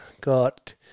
got